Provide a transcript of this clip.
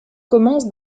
commence